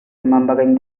remembering